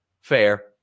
fair